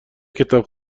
کتاب